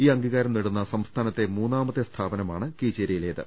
ഈ അംഗീ കാരം നേടുന്ന സംസ്ഥാനത്തെ മൂന്നാമത്തെ സ്ഥാപനമാണ് കീച്ചേരിയിലേത്